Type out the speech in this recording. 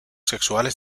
sexuales